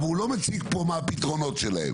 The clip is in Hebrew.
אבל הוא לא מציג פה מה הפתרונות שלהם,